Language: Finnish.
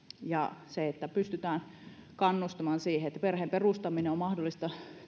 ja pystytään kannustamaan siihen että perheen perustaminen on mahdollista